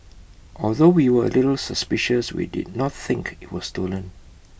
although we were A little suspicious we did not think IT was stolen